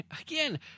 again